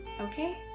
okay